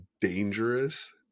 dangerous